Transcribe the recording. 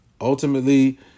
ultimately